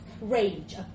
rage